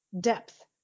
depth